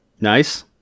Nice